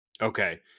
Okay